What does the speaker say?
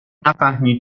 نفهمید